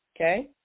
okay